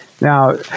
Now